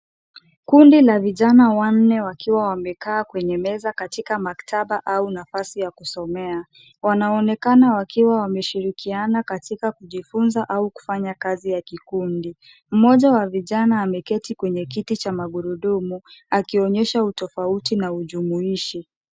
Kundi la vijana wanne wakiwa wamekaa kwenye meza katika maktaba au nafasi ya kusomea. Wanaonekana wakiwa wameshirikiana katika kujifunza au kufanya kazi ya kikundi. Mmoja wa vijana ameketi kwenye kiti cha magurudumu akionyesha utofauti na ujumuishi.